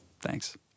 Thanks